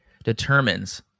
determines